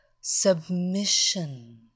Submission